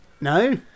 no